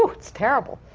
so it's terrible.